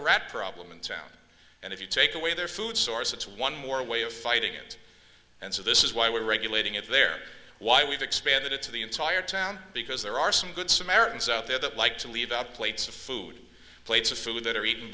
a rat problem in town and if you take away their food source it's one more way of fighting it and so this is why we're regulating it there why we've expanded it to the entire town because there are some good samaritans out there that like to leave out plates of food plates of food that are e